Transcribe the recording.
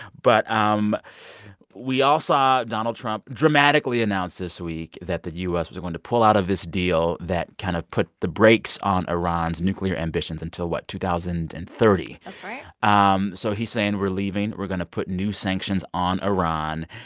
but um we all saw donald trump dramatically announce this week that the u s. was going to pull out of this deal that kind of put the brakes on iran's iran's nuclear ambitions until what? two thousand and thirty point that's right um so he's saying, we're leaving. we're going to put new sanctions on iran.